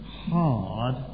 hard